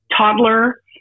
toddler